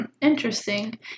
interesting